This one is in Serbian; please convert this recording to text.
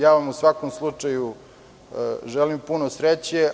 Ja vam u svakom slučaju želim puno sreće.